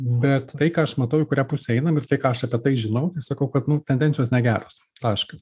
bet tai ką aš matau į kurią pusę einam ir tai ką aš apie tai žinau tai sakau kad nu tendencijos negeros taškas